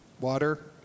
water